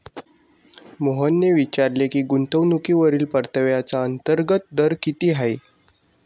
मोहनने विचारले की गुंतवणूकीवरील परताव्याचा अंतर्गत दर किती आहे?